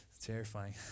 Terrifying